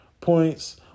points